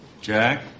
jack